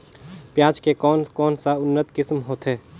पियाज के कोन कोन सा उन्नत किसम होथे?